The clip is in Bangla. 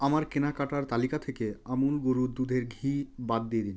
আমার কেনাকাটার তালিকা থেকে আমুল গরুর দুধের ঘি বাদ দিয়ে দিন